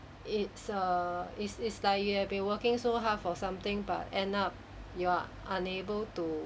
it's err is is like you have been working so hard for something but end up you are unable to